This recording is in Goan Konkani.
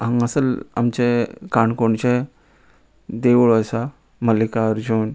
हांगास आमचे काणकोणचे देवूळ आसा मल्लिकार्जून